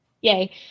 Yay